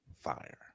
fire